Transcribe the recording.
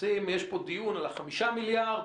יש פה דיון על 5 מיליארד.